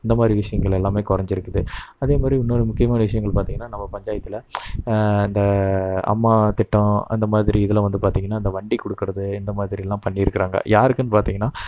இந்தமாதிரி விஷயங்கள் எல்லாமே குறைஞ்சிருக்குது அதேமாதிரி இன்னோரு முக்கியமான விஷயங்கள் பார்த்திங்கனா நம்ம பஞ்சாயத்தில் இந்த அம்மா திட்டம் அந்தமாதிரி இதில் வந்து பார்த்திங்கனா இந்த வண்டி கொடுக்குறது இந்தமாதிரிலாம் பண்ணியிருக்குறாங்க யாருக்குனு பார்த்திங்கன்னா